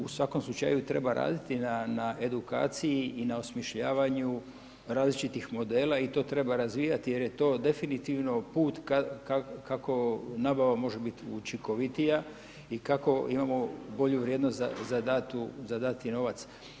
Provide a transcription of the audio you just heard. U svakom slučaju treba raditi na edukaciji i na osmišljavanju različitih modela i to treba razvijati jer je to definitivno put kako nabava može bit učinkovitija i kako imamo bolju vrijednost za datu, za dati novac.